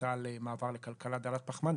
החלטה על מעבר לכלכלה דלת פחמן,